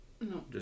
no